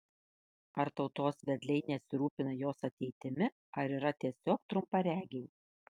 ar tautos vedliai nesirūpina jos ateitimi ar yra tiesiog trumparegiai